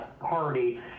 Party